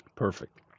Perfect